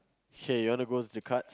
hey you want to goes to the cards